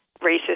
racist